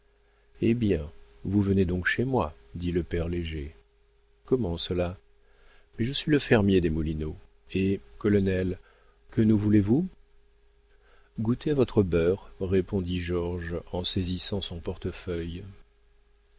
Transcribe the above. hé bien vous venez donc chez moi dit le père léger comment cela mais je suis le fermier des moulineaux et colonel que nous voulez-vous goûter à votre beurre répondit georges en saisissant son portefeuille